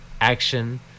action